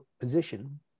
position